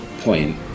point